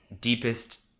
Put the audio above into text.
deepest